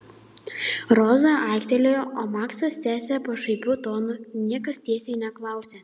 roza aiktelėjo o maksas tęsė pašaipiu tonu niekas tiesiai neklausia